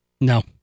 No